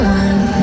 one